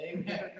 Amen